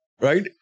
right